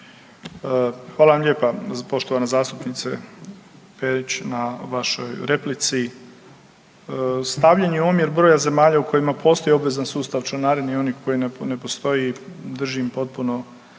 Hvala vam lijepa poštovana zastupnice Perić na vašoj replici. Stavljanje u omjer broja zemalja u kojima postoji obvezan sustav članarine i onih koji ne postoji držim potpuno